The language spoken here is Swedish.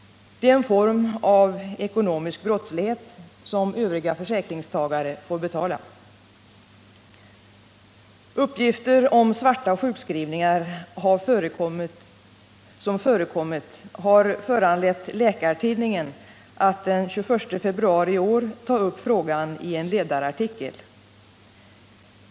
Det är en form av ekonomisk brottslighet som övriga försäkringstagare får betala. Uppgifter om ”svarta” sjukskrivningar som förekommit har föranlett Läkartidningen att den 21 februari i år ta upp frågan i en ledarartikel.